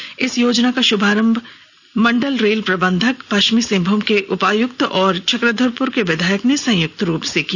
आज इस योजना का शुभारंभ मंडल रेल प्रबंधक पश्चिमी सिंहभूम के उपायुक्त और चक्रधरपुर के विधायक ने संयुक्त रूप से किया